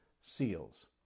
seals